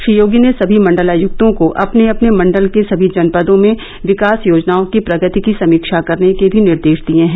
श्री योगी ने सभी मंडलायक्तों को अपने अपने मंडल के सभी जनपदों में विकास योजनाओं की प्रगति की समीक्षा के भी निर्देश दिए हैं